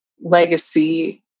legacy